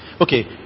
Okay